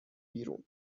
بیرون